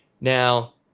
now